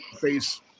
face